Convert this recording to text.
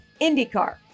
IndyCar